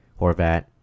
Horvat